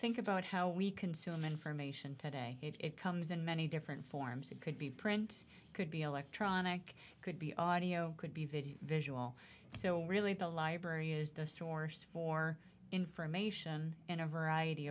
think about how we consume information today it comes in many different forms it could be print could be electronic could be audio could be video visual so really the library is the source for information in a variety